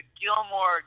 Gilmore